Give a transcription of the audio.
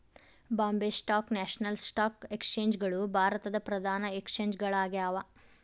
Bombay stock national stock exchange ಗಳು ಭಾರತದ್ ಪ್ರಧಾನ ಎಕ್ಸ್ಚೇಂಜ್ ಗಳಾಗ್ಯಾವ